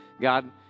God